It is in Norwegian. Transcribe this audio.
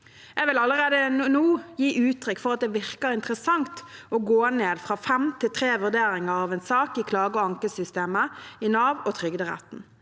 Jeg vil allerede nå gi uttrykk for at det virker interessant å gå ned fra fem til tre vurderinger av en sak i klageog ankesystemet i Nav og Trygderetten.